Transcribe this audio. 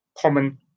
common